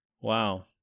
wow